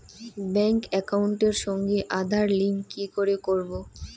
Bank একাউন্টের সঙ্গে Aadhaar link কি করে করবো?